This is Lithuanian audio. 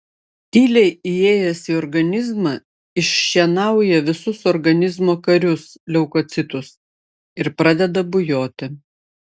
tyliai įėjęs į organizmą iššienauja visus organizmo karius leukocitus ir pradeda bujoti